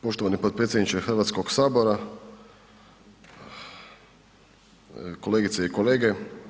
Poštovani potpredsjedniče Hrvatskog sabora, kolegice i kolege.